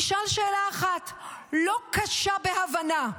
נשאל שאלה אחת לא קשה בהבנה: